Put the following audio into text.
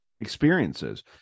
experiences